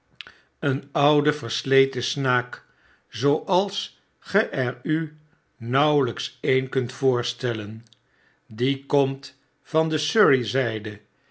een oude versleten snaak zooals ge er u nauwelijks een kunt voorstellen die komt van de surrey zgde